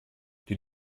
die